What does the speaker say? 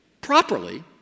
properly